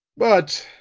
but,